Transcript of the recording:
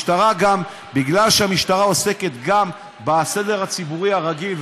מכיוון שהמשטרה עוסקת גם בסדר הציבורי הרגיל,